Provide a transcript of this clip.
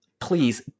please